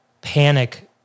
panic